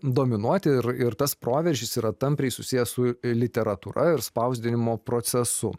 dominuoti ir ir tas proveržis yra tampriai susijęs su literatūra ir spausdinimo procesu